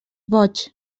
boig